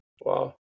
Wow